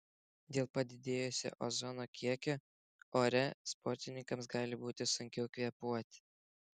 dėl padidėjusio ozono kiekio ore sportininkams gali būti sunkiau kvėpuoti